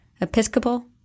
Episcopal